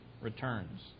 returns